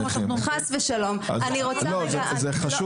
זה חשוב.